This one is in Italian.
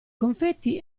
confetti